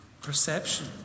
Perception